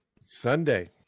Sunday